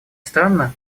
странно